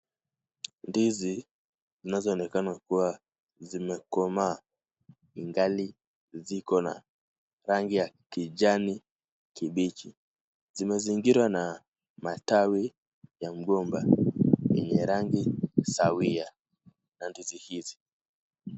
Ndizi zinazoonekana kuwa zimekomaa zingali ziko na rangi ya kijani kibichi. Zimezingirwa na matawi ya mgomba yenye rangi sawia na ndizi hizi.